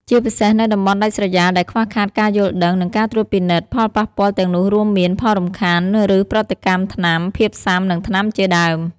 ជាពិសេសនៅតំបន់ដាច់ស្រយាលដែលខ្វះខាតការយល់ដឹង និងការត្រួតពិនិត្យ ផលប៉ះពាល់ទាំងនោះរួមមាន ផលរំខាន ឬប្រតិកម្មថ្នាំ ភាពស៊ាំនឹងថ្នាំជាដើម។